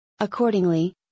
Accordingly